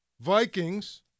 Vikings